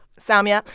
soumya,